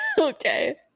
Okay